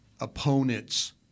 opponents